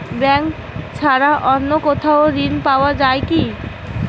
Bank ছাড়া অন্য কোথাও ঋণ পাওয়া যায় কি?